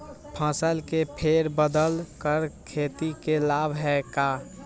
फसल के फेर बदल कर खेती के लाभ है का?